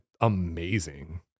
amazing